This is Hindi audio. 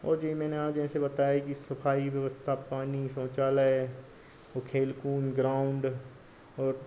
और जो मैंने आज ऐसे बताया कइ सफाई व्यवस्था पानी शौचालय और खेल कूद ग्राउन्ड और